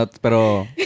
Pero